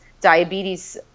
diabetes